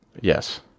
Yes